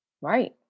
right